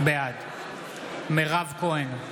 בעד מירב כהן,